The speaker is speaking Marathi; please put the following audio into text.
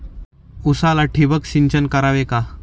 उसाला ठिबक सिंचन करावे का?